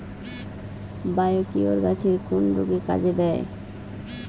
Biocure গাছের কোন রোগে কাজেদেয়?